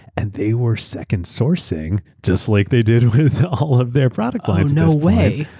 and they were second sourcing just like they did with all of their product lines. no way.